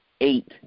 eight